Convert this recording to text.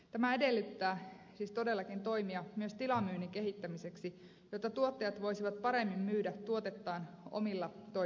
tämä todellakin edellyttää siis toimia myös tilamyynnin kehittämiseksi jotta tuottajat voisivat paremmin myydä tuotteitaan omilla toiminta alueillaan